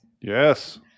yes